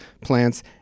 plants